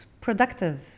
productive